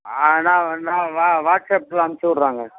ஆனால் வேணால் வா வாட்ஸ்அப்பில் அனுச்சிவுட்றேங்க